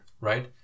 right